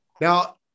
Now